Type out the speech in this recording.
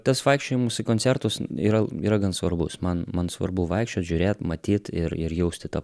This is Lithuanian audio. tas vaikščiojimus į koncertus yra yra gan svarbus man man svarbu vaikščiot žiūrėt matyt ir ir jausti tą